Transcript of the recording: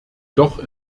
doch